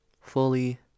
fully